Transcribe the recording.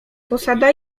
posada